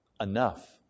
Enough